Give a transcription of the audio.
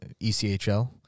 echl